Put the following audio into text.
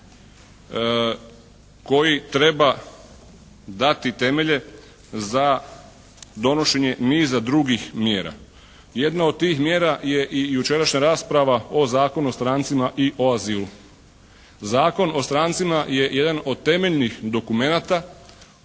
koji treba dati temelje za donošenje niza drugih mjera. Jedna od tih mjera je i jučerašnja rasprava o Zakonu o strancima i o azilu. Zakon o strancima je jedan od temeljnih dokumenata